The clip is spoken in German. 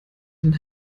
den